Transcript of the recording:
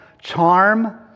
charm